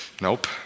Nope